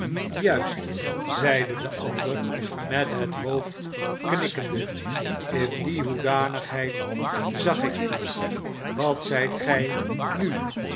juist zeide de ander met het hoofd knikkende in die hoedanigheid zag ik u wat zijt gij nu